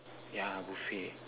ya buffet